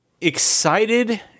excited